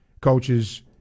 coaches